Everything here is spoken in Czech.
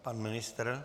Pan ministr?